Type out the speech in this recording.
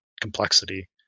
complexity